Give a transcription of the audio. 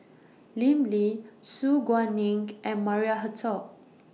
Lim Lee Su Guaning and Maria Hertogh